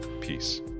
peace